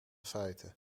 feiten